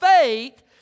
faith